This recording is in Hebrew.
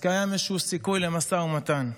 קיים איזשהו סיכוי למשא ומתן,